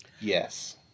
Yes